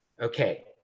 Okay